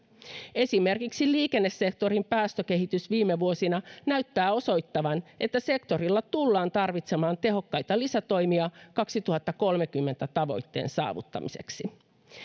esimerkiksi liikennesektorin päästökehitys viime vuosina näyttää osoittavan että sektorilla tullaan tarvitsemaan tehokkaita lisätoimia vuoden kaksituhattakolmekymmentä tavoitteen saavuttamiseksi